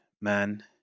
man